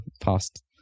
past